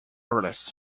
artists